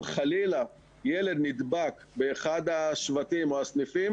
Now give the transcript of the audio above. חלילה ילד נדבק באחד השבטים או הסניפים,